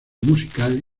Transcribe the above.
musical